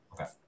Okay